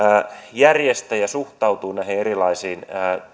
järjestäjä suhtautuu näihin erilaisiin